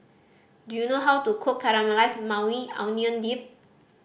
do you know how to cook Caramelized Maui Onion Dip